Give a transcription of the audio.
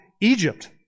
Egypt